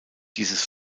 dieses